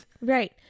Right